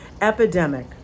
epidemic